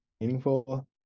meaningful